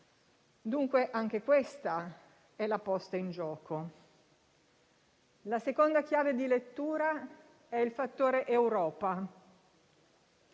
Dunque, anche questa è la posta in gioco. La seconda chiave di lettura è il fattore Europa.